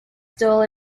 still